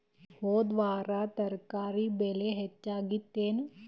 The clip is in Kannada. ಹೊದ ವಾರ ತರಕಾರಿ ಬೆಲೆ ಹೆಚ್ಚಾಗಿತ್ತೇನ?